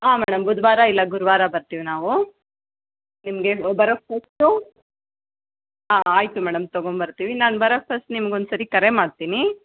ಹಾಂ ಮೇಡಮ್ ಬುಧವಾರ ಇಲ್ಲ ಗುರುವಾರ ಬರ್ತೀವಿ ನಾವು ನಿಮಗೆ ಬರೋಕೆ ಫಸ್ಟು ಹಾಂ ಆಯಿತು ಮೇಡಮ್ ತಗೊಂಬರ್ತೀವಿ ನಾನು ಬರಕೆ ಫಸ್ಟ್ ನಿಮ್ಗೊಂದು ಸರಿ ಕರೆ ಮಾಡ್ತೀನಿ